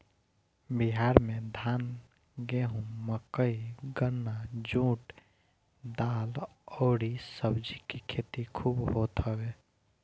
बिहार में धान, गेंहू, मकई, गन्ना, जुट, दाल अउरी सब्जी के खेती खूब होत हवे